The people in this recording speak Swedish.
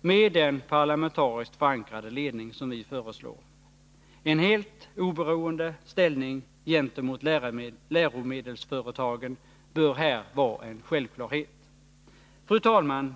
med den parlamentariskt förankrade ledning som vi föreslår. En helt oberoende ställning gentemot läromedelsföretagen bör här vara en självklarhet. Fru talman!